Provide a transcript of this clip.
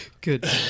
Good